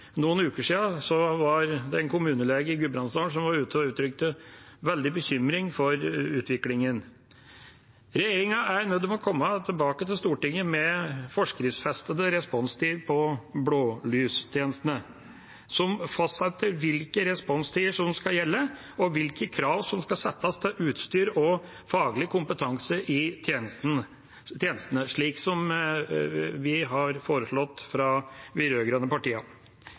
uttrykte veldig bekymring for utviklingen. Regjeringa er nødt til å komme tilbake til Stortinget med forskriftsfestet responstid på blålystjenestene, som fastsetter hvilke responstider som skal gjelde, og hvilke krav som skal settes til utstyr og faglig kompetanse i tjenestene, slik vi fra de rød-grønne partiene har foreslått